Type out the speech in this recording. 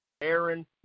Aaron